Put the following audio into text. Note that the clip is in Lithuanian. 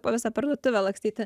po visą parduotuvę lakstyti